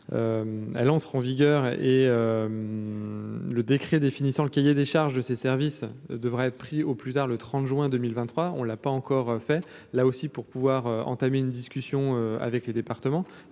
elle entre en vigueur et. Le décret définissant le cahier des charges de ces services devraient être pris au plus tard le 30 juin 2023, on l'a pas encore fait, là aussi pour pouvoir entamer une discussion avec les départements,